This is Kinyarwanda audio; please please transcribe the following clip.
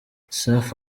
safi